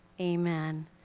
Amen